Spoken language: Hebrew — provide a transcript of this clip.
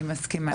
אני מסכימה.